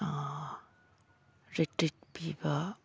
retreat ꯄꯤꯕ